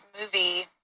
movie